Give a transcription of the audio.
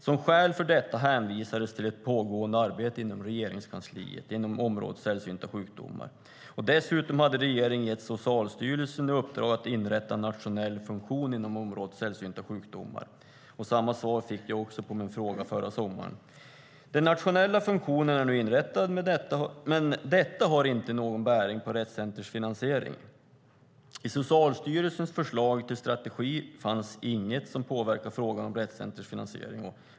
Som skäl för detta hänvisades till ett pågående arbete inom Regeringskansliet på området sällsynta sjukdomar och att regeringen dessutom hade gett Socialstyrelsen i uppdrag att inrätta en nationell funktion inom området sällsynta sjukdomar. Samma svar fick jag också på min fråga förra sommaren. Den nationella funktionen är nu inrättad, men detta har ingen bäring på Rett Centers finansiering. I Socialstyrelsens förslag till strategi fanns inget som påverkar frågan om Rett Centers finansiering.